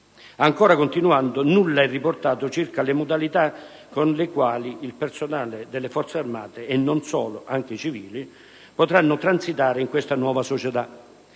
e così via. Nulla è inoltre riportato circa le modalità con le quali il personale delle Forze armate, e non solo (anche i civili), potrà transitare in questa nuova società.